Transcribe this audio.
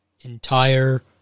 entire